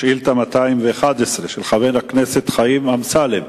שאילתא 211 של חבר הכנסת חיים אמסלם,